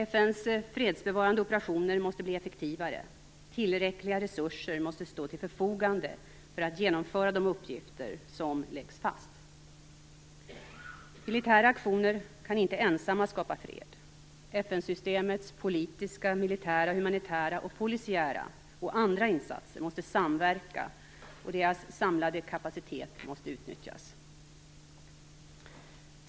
FN:s fredsbevarande operationer måste bli effektivare. Tillräckliga resurser måste stå till förfogande för ett genomförande av de uppgifter som läggs fast. Militära aktioner kan inte ensamma skapa fred. FN systemets politiska, militära, humanitära, polisiära och andra insatser måste samverka och deras samlade kapacitet måste utnyttjas.